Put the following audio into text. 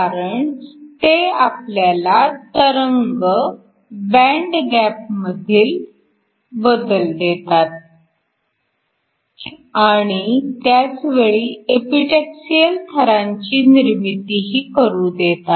कारण ते आपल्याला तरंग बँड गॅप मधील बदल देतात आणि त्याच वेळी एपिटॅक्सिअल थरांची निर्मितीही करू देतात